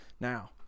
Now